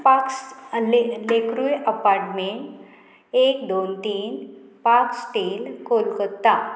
parks lake रूय apartment एक दोन तीन पार्क स्टेल कोलकत्ता